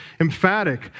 emphatic